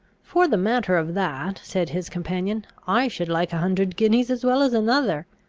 for the matter of that, said his companion, i should like a hundred guineas as well as another.